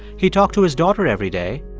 he talked to his daughter every day,